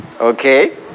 Okay